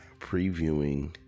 previewing